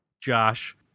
Josh